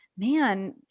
man